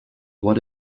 what